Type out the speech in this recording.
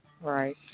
Right